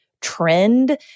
trend